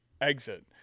exit